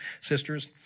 sisters